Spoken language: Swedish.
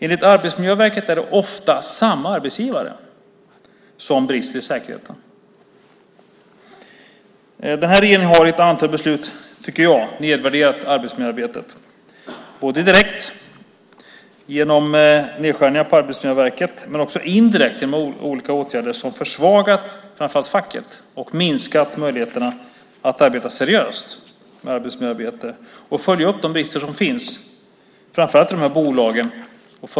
Enligt Arbetsmiljöverket är det ofta samma arbetsgivare som brister i säkerheten. Regeringen har i ett antal beslut nedvärderat arbetsmiljöarbetet, både direkt genom nedskärningar på Arbetsmiljöverket men också indirekt genom olika åtgärder som framför allt har försvagat facket och minskat möjligheterna att arbeta seriöst med arbetsmiljö och följa upp de brister som finns.